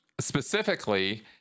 specifically